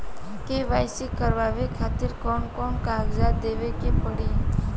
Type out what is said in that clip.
KYC करवावे खातिर कौन कौन कागजात देवे के पड़ी?